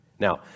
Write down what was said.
Now